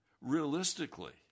realistically